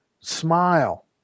Smile